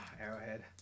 Arrowhead